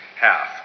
Half